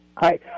Hi